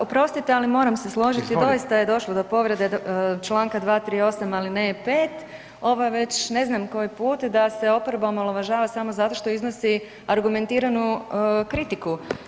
Oprostite, ali moram se složiti, doista je došlo do povrede čl. 238., alineje 5. Ovo je već ne znam koji put da se oporba omalovažava samo zato što iznosi argumentiranu kritiku.